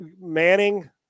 Manning